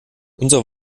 unser